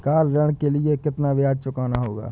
Car ऋण के लिए कितना ब्याज चुकाना होगा?